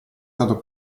stato